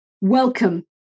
welcome